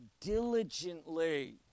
diligently